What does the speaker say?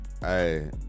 Hey